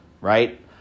right